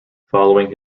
following